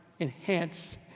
enhance